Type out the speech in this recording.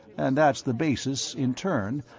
and that's the basis, in turn,